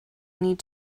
need